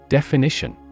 Definition